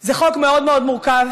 זה חוק מאוד מאוד מורכב,